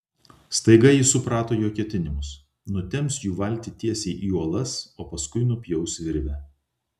staiga ji suprato jo ketinimus nutemps jų valtį tiesiai į uolas o paskui nupjaus virvę